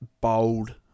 bold